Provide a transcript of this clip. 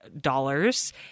dollars